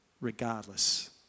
regardless